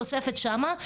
תוספת שמה.